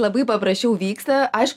labai paprasčiau vyksta aišku